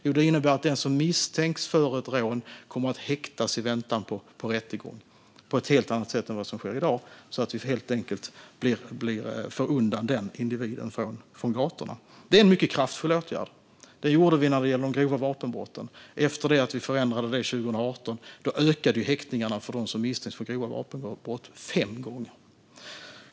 Jo, det innebär att den som misstänks för ett rån kommer att häktas i väntan på rättegång på ett helt annat sätt än vad som sker i dag, så att vi helt enkelt får undan den individen från gatorna. Det är en mycket kraftfull åtgärd. Så gjorde vi när det gällde de grova vapenbrotten. Efter det att vi förändrade det 2018 ökade häktningarna av personer som misstänktes för grova vapenbrott fem gånger.